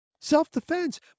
Self-defense